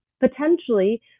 Potentially